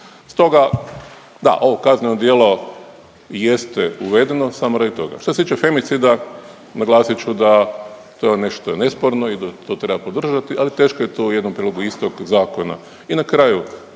Stoga, da ovo kazneno djelo i jeste uvedeno samo radi toga. Što se tiče femicida naglasit ću da to je nešto nesporno i da to treba podržati, ali teško je to u jednom prijedlogu istog zakona.